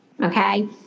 Okay